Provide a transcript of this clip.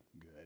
good